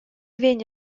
vegn